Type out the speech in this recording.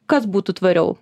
kas būtų tvariau